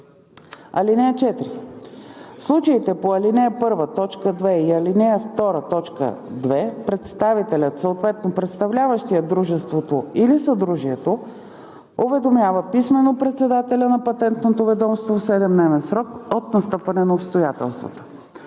(4) В случаите по ал. 1, т. 2 и ал. 2, т. 2 представителят, съответно представляващият дружеството или съдружието, уведомява писмено председателя на Патентното ведомство в 7-дневен срок от настъпване на обстоятелствата.